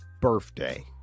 birthday